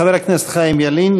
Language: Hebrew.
חבר הכנסת חיים ילין.